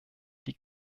die